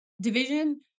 division